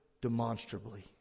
demonstrably